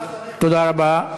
תודה רבה.